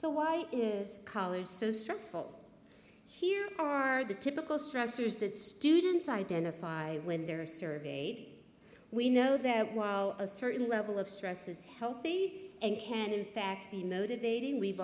so why is college so stressful here are the typical stressors that students identify when they're surveyed we know that while a certain level of stress is healthy and can in fact be motivating we've